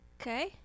Okay